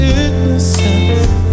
innocence